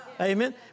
Amen